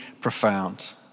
profound